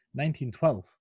1912